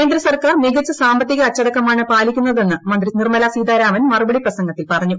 കേന്ദ്രഗവൺമെന്റ് മികച്ച സ്ടൂസ്പത്തിക അച്ചടക്കമാണ് പാലിക്കുന്നതെന്ന് മന്ത്രി ്നിർമ്മല് സീതാരാമൻ മറുപടി പ്രസംഗത്തിൽ പറഞ്ഞു